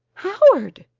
howard!